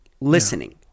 listening